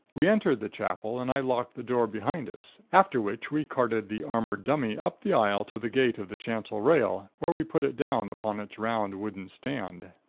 we entered the chapel and i locked the door behind us, after which we carted the armored dummy up the aisle to the gate of the chancel rail where we put it down upon its round, wooden stand.